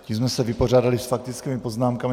Tím jsme se vypořádali s faktickými poznámkami.